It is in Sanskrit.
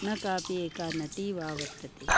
न कापि एका नटी वा वर्तते